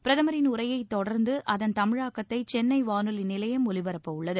பிரதமரின் உரையைத் தொடர்ந்து அதன் தமிழாக்கத்தை சென்னை வானொலி நிலையம் ஒலிபரப்ப உள்ளது